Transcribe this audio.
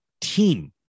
team